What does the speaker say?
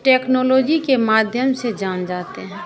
technology के माध्यम से जान जाते हैं